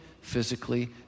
physically